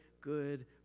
good